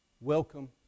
Welcome